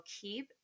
keep